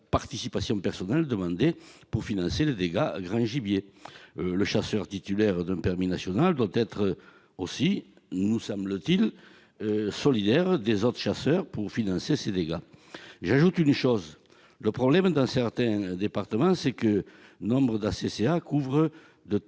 participation personnelle demandée pour financer les dégâts de grand gibier. Le chasseur titulaire d'un permis national doit être, nous semble-t-il, solidaire des autres chasseurs s'agissant du financement de ces dégâts. J'ajoute une remarque : le problème, dans certains départements, est que nombre d'associations